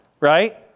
right